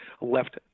left